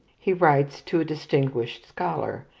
he writes to a distinguished scholar,